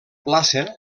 plaça